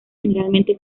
generalmente